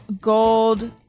gold